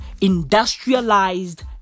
industrialized